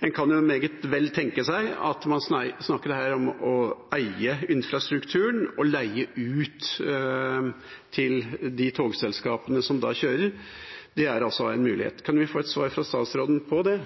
En kan jo meget vel tenke seg at en her snakker om å eie infrastrukturen og leie ut til de togselskapene som kjører. Det er en mulighet. Kan vi få et svar fra statsråden på det?